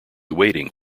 waiting